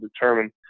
determine